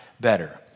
better